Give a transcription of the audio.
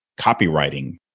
copywriting